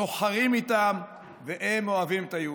סוחרים איתם והם אוהבים את היהודים.